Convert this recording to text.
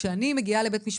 כשאני מגיעה לבית משפט,